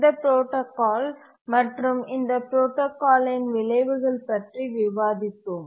இந்த புரோடாகால் மற்றும் இந்த புரோடாகாலின் விளைவுகள் பற்றி விவாதித்தோம்